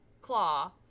Claw